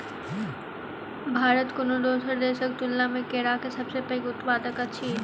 भारत कोनो दोसर देसक तुलना मे केराक सबसे पैघ उत्पादक अछि